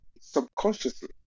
subconsciously